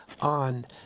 on